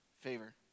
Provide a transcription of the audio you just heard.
favor